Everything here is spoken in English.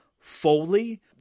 Foley